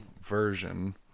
version